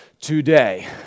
today